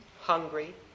hungry